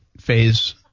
phase